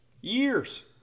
years